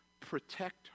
Protect